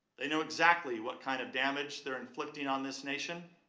they know exactly what kind of damage they are inflicting on this nation.